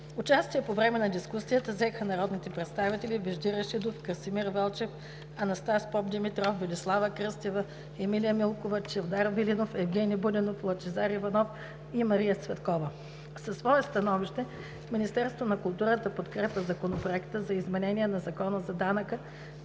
Участие по време на дискусията взеха народните представители Вежди Рашидов, Красимир Велчев, Анастас Попдимитров, Велислава Кръстева, Емилия Милкова, Чавдар Велинов, Евгени Будинов, Лъчезар Иванов и Мария Цветкова. Със свое становище Министерството на културата подкрепя Законопроекта за изменение на Закона за данък